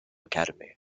academy